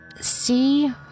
see